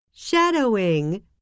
Shadowing